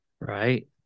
right